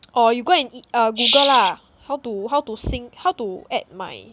or you go and eat ah google lah how to how to sync how to add my